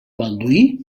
balduí